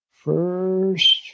First